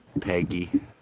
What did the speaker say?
Peggy